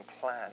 plan